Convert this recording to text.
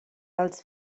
als